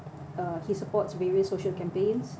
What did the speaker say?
uh uh he supports various social campaigns